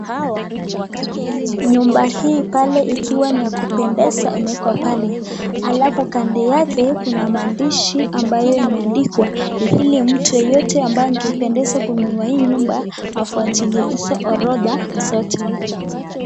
Nyumba hii pale ikiwa ni ya kupendeza imeekwa pale alafu kando yake kuna maandishi ambayo imeandikwa ili mtu yoyote angependezwa kununua hii nyumba afuatilie hizo orodha zote.